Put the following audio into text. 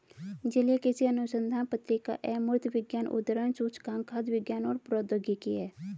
जलीय कृषि अनुसंधान पत्रिका अमूर्त विज्ञान उद्धरण सूचकांक खाद्य विज्ञान और प्रौद्योगिकी है